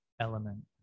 element